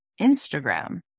Instagram